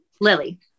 Lily